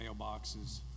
mailboxes